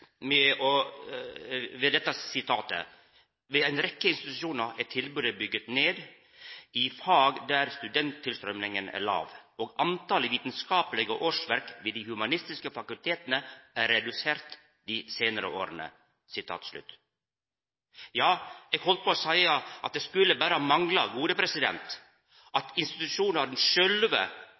med dette sitatet: «Ved en rekke institusjoner er tilbudet bygget gradvis ned i fag der studenttilstrømningen er lav, og antallet vitenskapelige årsverk ved de humanistiske fakultetene er redusert de senere år.» Ja, eg heldt på å seia at det skulle